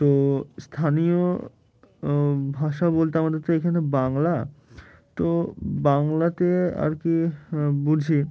তো স্থানীয় ভাষা বলতে আমাদের তো এখানে বাংলা তো বাংলাতে আর কি বুঝি